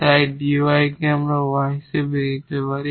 তাই dy কে আমরা y নিতে পারি